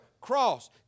cross